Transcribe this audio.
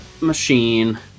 machine